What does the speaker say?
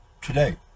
today